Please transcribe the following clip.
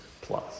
plus